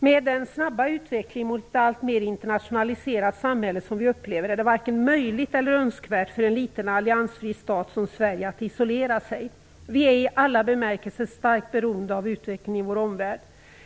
Med den snabba utveckling mot ett alltmer internationaliserat samhälle som vi upplever är det varken möjligt eller önskvärt för en liten alliansfri stat som Sverige att isolera sig. Vi är i alla bemärkelser starkt beroende av utvecklingen i vår omvärld.